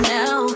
now